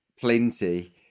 plenty